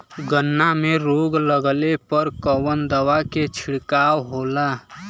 गन्ना में रोग लगले पर कवन दवा के छिड़काव होला?